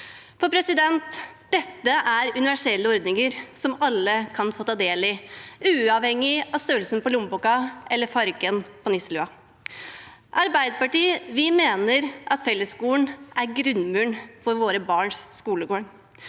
strøk. Dette er universelle ordninger som alle kan få ta del i, uavhengig av størrelsen på lommeboka eller fargen på nisselua. Vi i Arbeiderpartiet mener at fellesskolen er grunnmuren for våre barns skolegang.